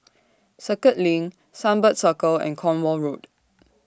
Circuit LINK Sunbird Circle and Cornwall Road